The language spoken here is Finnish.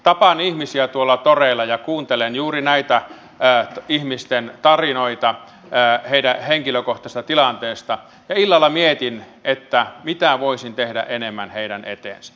tapaan ihmisiä tuolla toreilla ja kuuntelen juuri näitä ihmisten tarinoita heidän henkilökohtaisesta tilanteestaan ja illalla mietin mitä voisin tehdä enemmän heidän eteensä